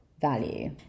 value